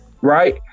right